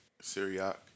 Syriac